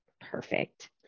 Perfect